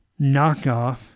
knockoff